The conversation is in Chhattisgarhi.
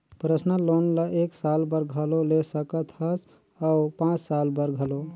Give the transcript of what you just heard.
परसनल लोन ल एक साल बर घलो ले सकत हस अउ पाँच साल बर घलो